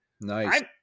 Nice